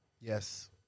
Yes